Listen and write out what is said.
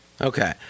Okay